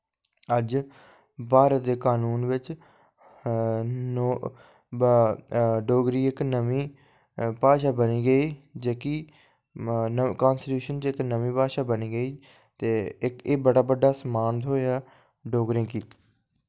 अज्ज भारत दे कानून बिच्च डोगरी इक नमीं भाशा बनी गेई जेह्की कांस्टिचूशन च इक नमीं भाशा बनी गेई ते इक एह् बड़ा बड्डा सम्मान थ्होया डोगरें गी